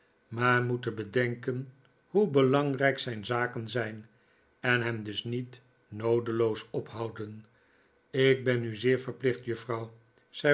maar moeten bedenken hoe belangrijk zijn zaken zijn en hem dus niet noodeloos ophouden ik ben u zeer verplicht juffrouw